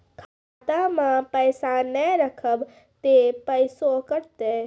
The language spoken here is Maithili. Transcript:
खाता मे पैसा ने रखब ते पैसों कटते?